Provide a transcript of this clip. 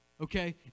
Okay